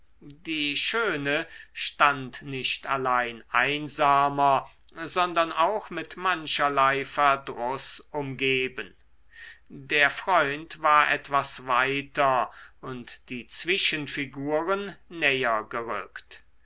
die schöne stand nicht allein einsamer sondern auch mit mancherlei verdruß umgeben der freund war etwas weiter und die zwischenfiguren näher gerückt